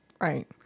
Right